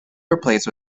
replaced